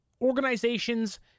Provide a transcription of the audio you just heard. organizations